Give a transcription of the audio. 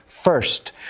First